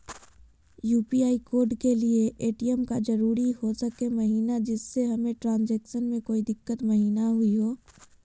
UPI code के लिए ATM का जरूरी हो सके महिना जिससे हमें ट्रांजैक्शन में कोई दिक्कत महिना हुई ला?